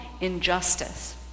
injustice